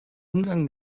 umgang